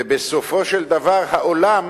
ובסופו של דבר העולם